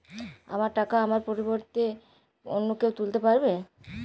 আমার টাকা আমার পরিবর্তে অন্য কেউ তুলতে পারবে?